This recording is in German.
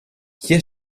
hier